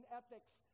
ethics